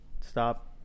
stop